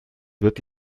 wird